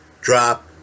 drop